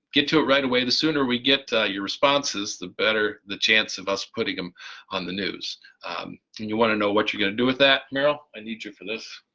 get to it right away. the sooner we get your responses the better the chance of us putting them on the news and you want to know what you're gonna do with that? meryl, i need you for this.